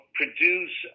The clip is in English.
produce